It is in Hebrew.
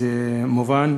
זה מובן.